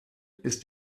ist